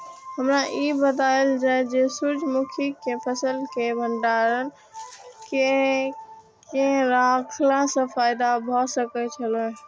हमरा ई बतायल जाए जे सूर्य मुखी केय फसल केय भंडारण केय के रखला सं फायदा भ सकेय छल?